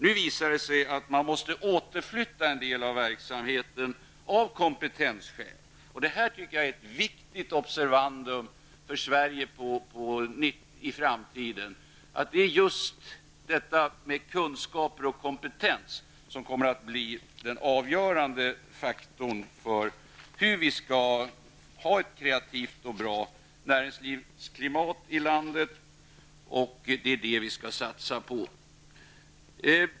Det visade sig att man måste återflytta en del av verksamheten av kompetensskäl. Det här är ett viktigt observandum för Sverige i framtiden. Just kunskap och kompetens kommer att bli den avgörande faktorn för hur vi skall få ett kreativt och bra näringslivsklimat i landet. Det är vad vi skall satsa på.